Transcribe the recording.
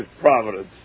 providence